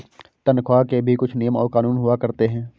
तन्ख्वाह के भी कुछ नियम और कानून हुआ करते हैं